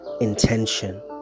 intention